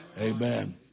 Amen